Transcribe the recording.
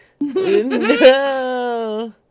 No